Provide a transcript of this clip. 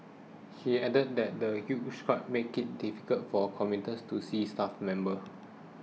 she added that the huge crowd made it difficult for commuters to see staff members